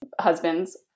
husband's